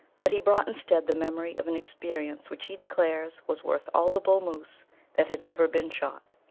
but he brought instead the memory of an experience which he declares was worth all the bull moose that had ever been shot.